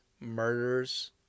murders